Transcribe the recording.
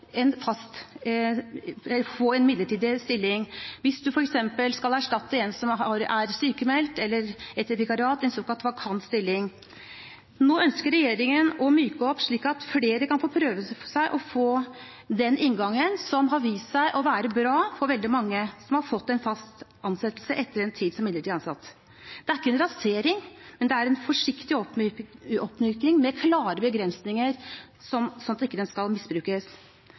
en midlertidig stilling hvis man f.eks. skal erstatte en som er sykmeldt, eller det er et vikariat – en såkalt vakant stilling. Nå ønsker regjeringen å myke opp dette, slik at flere kan få prøve seg og få den inngangen som har vist seg å være bra for veldig mange, som har fått fast ansettelse etter en tid som midlertidig ansatt. Dette er ikke en rasering, men en forsiktig oppmyking, med klare begrensninger, slik at det ikke skal misbrukes.